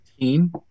team